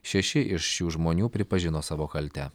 šeši iš šių žmonių pripažino savo kaltę